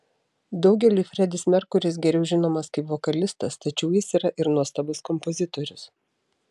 daugeliui fredis merkuris geriau žinomas kaip vokalistas tačiau jis yra ir nuostabus kompozitorius